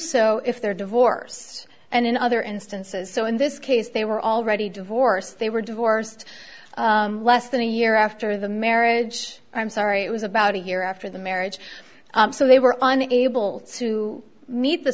so if their divorce and in other instances so in this case they were already divorced they were divorced less than a year after the marriage i'm sorry it was about a year after the marriage so they were unable to meet the